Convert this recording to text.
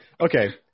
Okay